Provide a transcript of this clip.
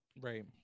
right